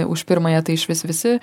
už pirmąją tai išvis visi